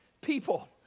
people